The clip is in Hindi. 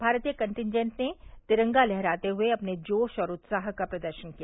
भारतीय कंटीजेंट ने तिरंगा लहराते हुए अपने जोश और उत्साह का प्रदर्शन किया